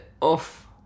off